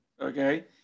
Okay